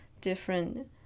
different